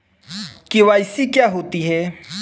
KYC क्या होता है?